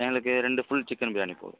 எங்களுக்கு ரெண்டு full chicken biryani போதும்